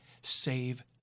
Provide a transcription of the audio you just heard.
save